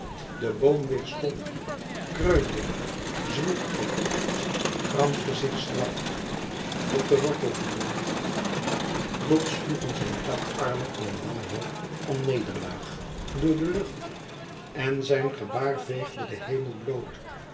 de boom weêrstond kreunde zwoegde krampte zich schrap op de wortelvoeten plots sloegen zijne takarmen in wanhoop om nederlaag door de lucht en zijn gebaar veegde den hemel bloot